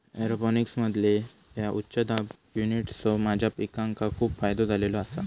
एरोपोनिक्समधील्या उच्च दाब युनिट्सचो माझ्या पिकांका खूप फायदो झालेलो आसा